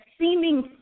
seeming